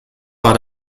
war